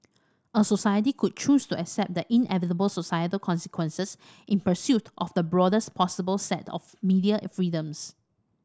a society could choose to accept the inevitable societal consequences in pursuit of the broadest possible set of media freedoms